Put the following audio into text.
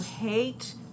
hate